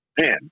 Man